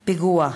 פיגוע.